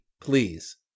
please